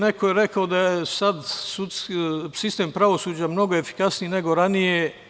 Neko je rekao da je sad sistem pravosuđa mnogo efikasniji nego ranije.